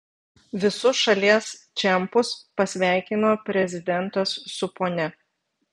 visus šalies čempus pasveikino prezidentas su ponia